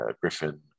griffin